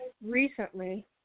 recently